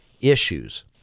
issues